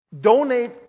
Donate